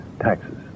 taxes